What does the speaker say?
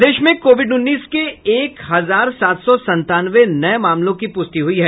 प्रदेश में कोविड उन्नीस के एक हजार सात सौ संतानवे नये मामलों की प्रष्टि हई है